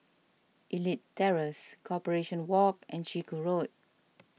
Elite Terrace Corporation Walk and Chiku Road